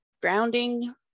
grounding